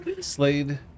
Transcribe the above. Slade